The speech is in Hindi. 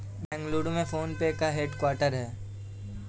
बेंगलुरु में फोन पे का हेड क्वार्टर हैं